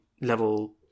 level